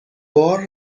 بار